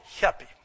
happy